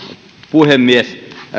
puhemies